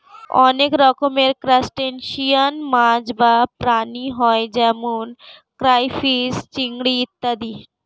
অনেক রকমের ক্রাস্টেশিয়ান মাছ বা প্রাণী হয় যেমন ক্রাইফিস, চিংড়ি ইত্যাদি